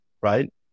right